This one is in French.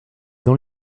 dans